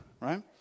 right